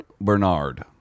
Bernard